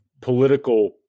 political